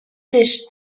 dish